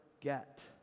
get